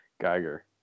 Geiger